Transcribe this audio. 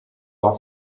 war